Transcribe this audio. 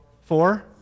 Four